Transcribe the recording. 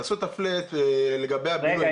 אז תעשו את ה"פלאט" לגבי הבינוי.